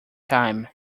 time